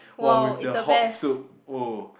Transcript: !wow! with the hot soup !wow!